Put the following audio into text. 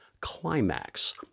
climax